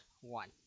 one